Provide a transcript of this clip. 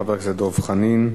חבר הכנסת דב חנין,